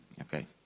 Okay